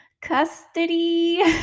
custody